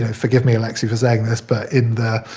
ah forgive me, alexei, for saying this but in